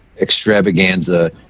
extravaganza